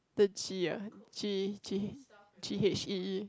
the Ghee ah Ghee Ghee g_h_e_e